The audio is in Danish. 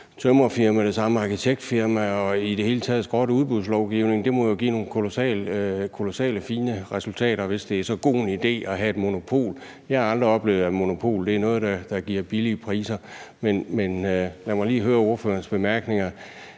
hele taget skrotte udbudslovgivningen. Det må jo give nogle kolossalt fine resultater, hvis det er så god en idé at have et monopol. Jeg har aldrig oplevet, at et monopol er noget, der giver billige priser. Man lad mig lige høre ordførerens bemærkninger.